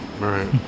right